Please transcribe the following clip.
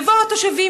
יבואו התושבים,